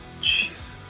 Jesus